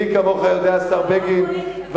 מי כמוך יודע, השר בגין, פוליטיקה כבר.